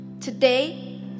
Today